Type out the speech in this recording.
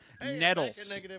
Nettles